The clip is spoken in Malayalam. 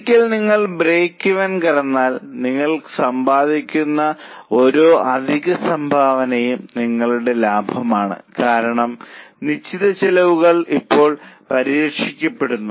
ഒരിക്കൽ നിങ്ങൾ ബ്രേക്ക്ഈവൻ കടന്നാൽ നിങ്ങൾ സമ്പാദിക്കുന്ന ഓരോ അധിക സംഭാവനയും നിങ്ങളുടെ ലാഭമാണ് കാരണം നിശ്ചിത ചെലവുകൾ ഇപ്പോൾ പരിരക്ഷിക്കപ്പെടുന്നു